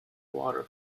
water